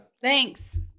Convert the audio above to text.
Thanks